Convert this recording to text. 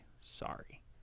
Sorry